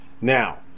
Now